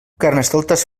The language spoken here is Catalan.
carnestoltes